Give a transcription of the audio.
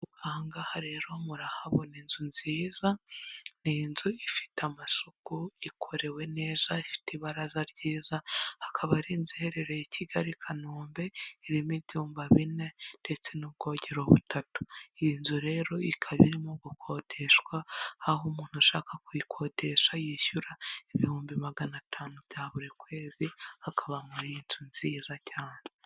Aha ngaha rero murahabona inzu nziza, ni inzu ifite amasuku, ikorewe neza, ifite ibaraza ryiza. Akaba ari inzu iherereye i Kigali Kanombe irimo ibyumba bine ndetse n'ubwogero butatu. Iyi nzu rero ikaba irimo gukodeshwa, aho umuntu ushaka kuyikodesha yishyura ibihumbi magana atanu bya buri kwezi, akaba muri iyi inzu nziza cyane.